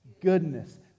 goodness